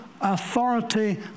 authority